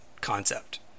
concept